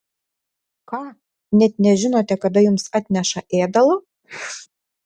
ką net nežinote kada jums atneša ėdalo